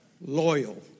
loyal